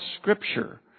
Scripture